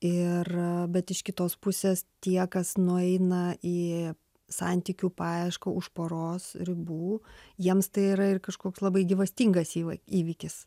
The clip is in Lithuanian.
ir bet iš kitos pusės tie kas nueina į santykių paiešką už poros ribų jiems tai yra ir kažkoks labai gyvastingas įva įvykis